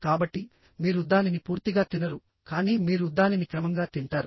కాబట్టి మీరు దానిని పూర్తిగా తినరు కానీ మీరు దానిని క్రమంగా తింటారు